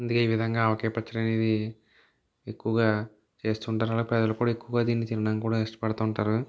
ఇది ఈ విధంగా ఆవకాయ పచ్చడి అనేది ఎక్కువగా చేస్తు ఉంటారు అలాగే ప్రజలు కూడా ఎక్కువగా దీన్ని తినడానికి కూడా ఇష్టపడుతు ఉంటారు